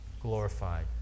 glorified